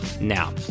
now